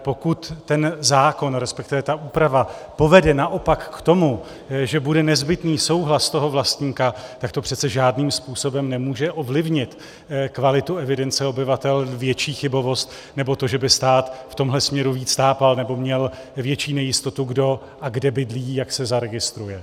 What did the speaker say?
Pokud ten zákon, resp. ta úprava povede naopak k tomu, že bude nezbytný souhlas vlastníka, tak to přece žádným způsobem nemůže ovlivnit kvalitu evidence obyvatel, větší chybovost nebo to, že by stát v tomhle směru víc tápal nebo měl větší nejistotu, kdo a kde bydlí, jak se zaregistruje.